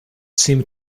seems